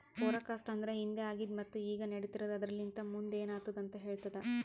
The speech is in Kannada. ಫೋರಕಾಸ್ಟ್ ಅಂದುರ್ ಹಿಂದೆ ಆಗಿದ್ ಮತ್ತ ಈಗ ನಡಿತಿರದ್ ಆದರಲಿಂತ್ ಮುಂದ್ ಏನ್ ಆತ್ತುದ ಅಂತ್ ಹೇಳ್ತದ